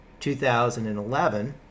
2011